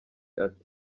ati